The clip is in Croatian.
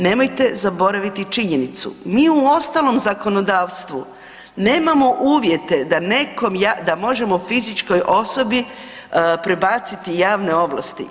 Nemojte zaboraviti činjenicu mi u ostalom zakonodavstvu nemamo uvjete da nekom, da možemo fizičkoj osobi prebaciti javne ovlasti.